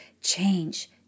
change